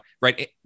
right